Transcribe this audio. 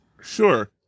Sure